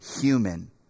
human